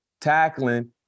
Tackling